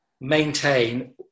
maintain